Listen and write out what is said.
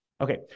Okay